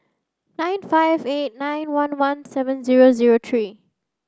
nine five eight nine one one seven zero zero three